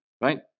right